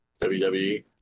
WWE